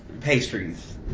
pastries